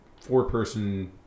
four-person